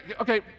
okay